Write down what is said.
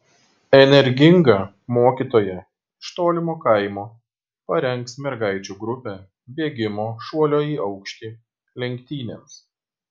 energinga mokytoja iš tolimo kaimo parengs mergaičių grupę bėgimo šuolio į aukštį lenktynėms